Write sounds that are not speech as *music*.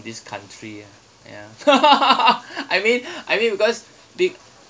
this country ah ya *laughs* I mean *breath* I mean because the